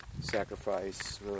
sacrifice